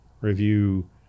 review